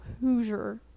Hoosier